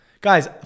Guys